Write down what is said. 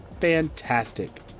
Fantastic